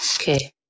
Okay